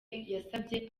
yasabye